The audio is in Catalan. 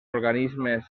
organismes